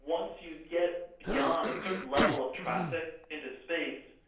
once you get beyond a certain level of traffic into space,